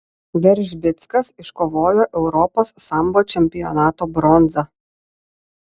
veržbickas iškovojo europos sambo čempionato bronzą